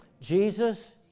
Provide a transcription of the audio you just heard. Jesus